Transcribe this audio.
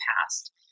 past